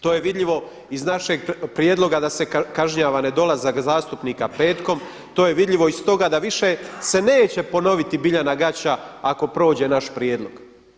To je vidljivo iz našeg prijedloga da se kažnjava nedolazak zastupnika petkom, to je vidljivo iz toga da više se neće ponoviti Biljana Gaća ako prođe naš prijedlog.